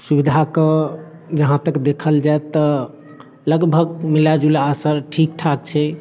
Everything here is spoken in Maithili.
सुविधाके जहाँ तक देखल जाए तऽ लगभग मिलाजुला असर ठीक ठाक छै